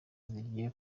zigiye